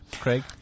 Craig